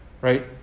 right